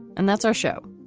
and that's our show.